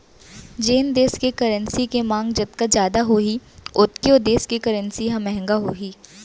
जेन देस के करेंसी के मांग जतका जादा होही ओतके ओ देस के करेंसी ह महंगा होही